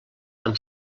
amb